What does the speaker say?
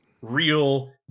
real